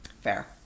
Fair